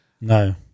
No